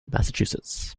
massachusetts